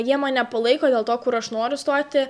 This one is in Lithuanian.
jie mane palaiko dėl to kur aš noriu stoti